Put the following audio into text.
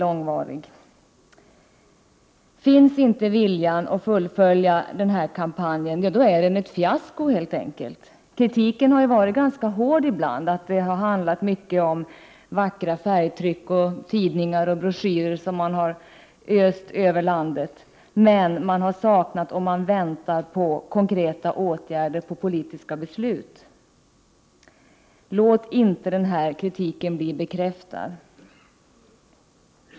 Om det inte finns någon vilja att fullfölja den nämnda kampanjen, blir denna helt enkelt ett fiasko. Kritiken har varit ganska hård emellanåt. Kritikerna har talat om vackra färgtryck och om tidningar och broschyrer som östs över människorna i hela landet. Men samtidigt saknar man, och väntar på, konkreta politiska beslut om åtgärder. Låt inte den kritiken bli bekräftad.